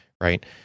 right